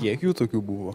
kiek jų tokių buvo